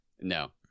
No